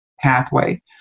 pathway